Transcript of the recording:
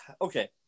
okay